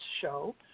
show